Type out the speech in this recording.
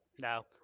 no